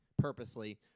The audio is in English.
Purposely